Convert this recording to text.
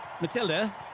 Matilda